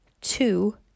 two